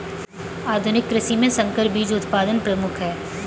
आधुनिक कृषि में संकर बीज उत्पादन प्रमुख है